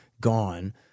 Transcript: gone